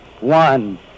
one